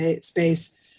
space